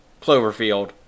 Cloverfield